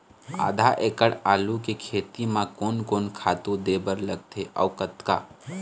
आधा एकड़ आलू के खेती म कोन कोन खातू दे बर लगथे अऊ कतका?